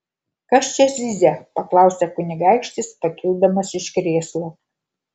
kas čia zyzia paklausė kunigaikštis pakildamas iš krėslo